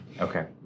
Okay